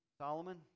Solomon